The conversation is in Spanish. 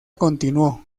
continuó